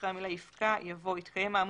אחרי המילה "יפקע" יבוא "התקיים האמור